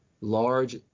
large